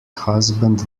husband